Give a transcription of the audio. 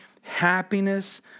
happiness